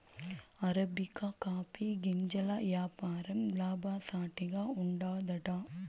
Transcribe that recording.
arabica coffee గింజల యాపారం లాభసాటిగా ఉండాదట